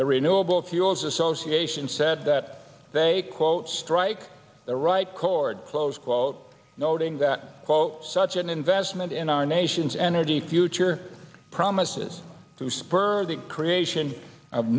the renewable fuels association said that they quote strike the right chord close quote noting that quote such an investment in our nation's energy future promises to spur the creation of